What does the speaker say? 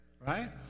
Right